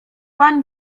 pan